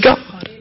God